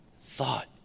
thought